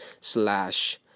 slash